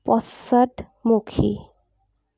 পশ্চাদমুখী